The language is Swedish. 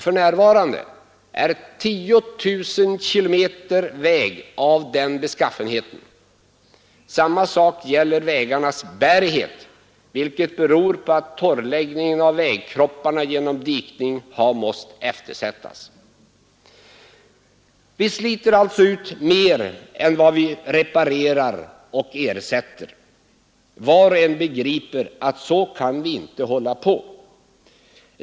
För närvarande är 10 000 km väg av denna beskaffenhet. Samma sak gäller vägarnas bärighet, vilket beror på att torrläggningen av vägkropparna genom dikning har måst eftersättas. Vi sliter alltså ut mer än vad vi reparerar och ersätter. Var och en begriper att så kan vi inte hålla på.